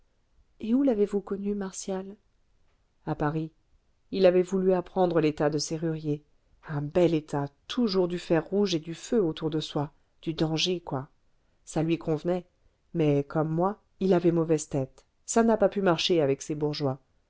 et où l'avez-vous connu martial à paris il avait voulu apprendre l'état de serrurier un bel état toujours du fer rouge et du feu autour de soi du danger quoi ça lui convenait mais comme moi il avait mauvaise tête ça n'a pas pu marcher avec ses bourgeois